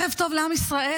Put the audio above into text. ערב טוב לעם ישראל.